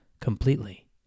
completely